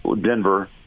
Denver